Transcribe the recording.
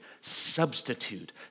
substitute